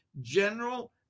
general